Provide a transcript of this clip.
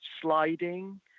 sliding